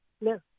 No